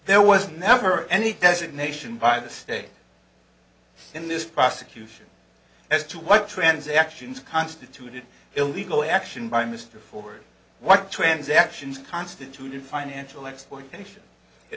there was never any designation by the state in this prosecution as to what transactions constituted illegal action by mr ford what transactions constituted financial exploitation it